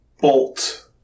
bolt